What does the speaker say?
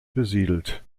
besiedelt